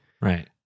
Right